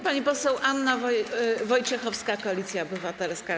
Pani poseł Anna Wojciechowska, Koalicja Obywatelska.